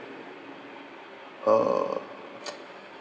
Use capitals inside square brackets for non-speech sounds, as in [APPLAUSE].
uh [NOISE]